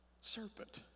serpent